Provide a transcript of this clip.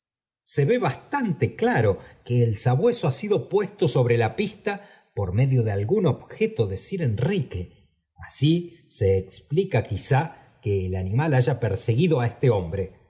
se ve bastante claro que el sabueso ha sido puesto sobre la pista por medio de algún objeto de sir enrique así se explica quizá que el animal haya perseguido á este hombre